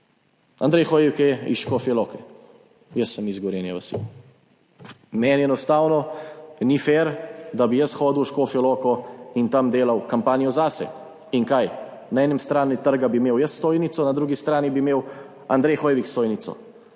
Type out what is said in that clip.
Andrej Hoivik je iz Škofje Loke. Jaz sem iz Gorenje vasi. Meni enostavno ni fer, da bi jaz hodil v Škofjo Loko in tam delal kampanjo zase. In kaj, na eni strani trga bi imel jaz stojnico, na drugi strani bi imel Andrej Hoivik, stojnico.